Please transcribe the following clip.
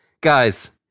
guys